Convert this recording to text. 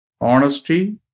honesty